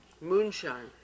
Moonshine